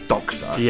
Doctor